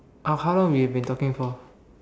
uh how long we've been talking for